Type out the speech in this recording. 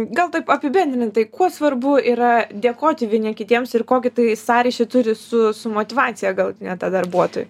gal taip apibendrintai kuo svarbu yra dėkoti vieni kitiems ir kokį tai sąryšį turi su su motyvacija galutine ta darbuotojų